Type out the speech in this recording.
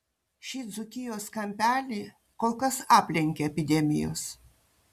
šį dzūkijos kampelį kol kas aplenkia epidemijos